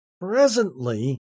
presently